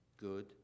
good